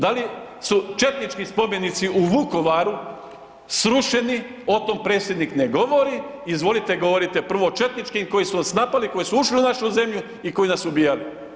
Da li su četnički pobjednici u Vukovaru srušeni, o tom Predsjednik ne govori, izvolite, govorite prvo o četničkim koji su nas napali, koji su ušli u našu zemlju i koji su nas ubijali.